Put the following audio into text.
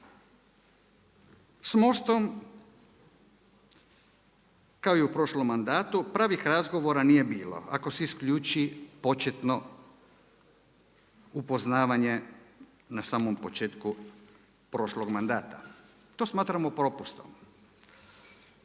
S MOST-om kao i u prošlom mandatu pravih razgovora nije bilo, ako se isključi početno upoznavanje na samom početku prošlog mandata. To smatramo propustom.